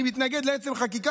אני מתנגד לעצם החקיקה,